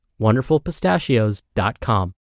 WonderfulPistachios.com